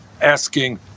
asking